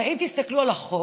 הרי אם תסתכלו על החוק,